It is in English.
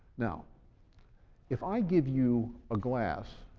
now if i give you a glass